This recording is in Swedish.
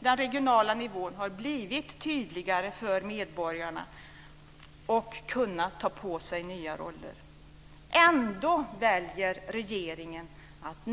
Den regionala nivån har blivit tydligare för medborgarna, och den har kunnat ta på sig nya roller. Ändå väljer regeringen att